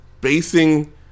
basing